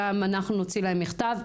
ואנחנו גם נוציא להם מכתב.